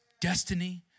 destiny